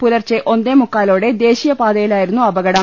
പുലർച്ചെ ഒന്നേമുക്കാലോടെ ദേശീയപാതയിലായിരുന്നു അപകടം